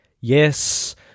Yes